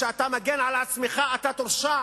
שכשאתה מגן על עצמך אתה תורשע,